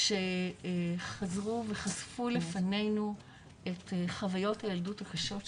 שחזרו וחשפו לפנינו את חוויות הילדות הקשות שלהם,